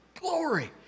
glory